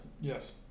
Yes